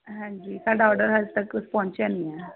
ਹਾਂਜੀ ਸਾਡਾ ਆਰਡਰ ਹਜੇ ਤੱਕ ਕੁਝ ਪਹੁੰਚਿਆ ਨੀ ਐ